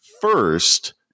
first